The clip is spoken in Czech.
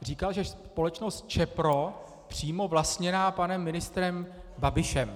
Říkal, že společnost Čepro je přímo vlastněná panem ministrem Babišem.